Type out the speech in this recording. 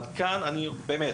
אבל בוא נשים את הדברים על השולחן.